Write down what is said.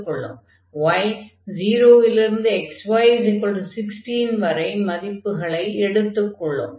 y 0 லிருந்து xy16 வரை மதிப்புகளை எடுத்துக் கொள்ளும்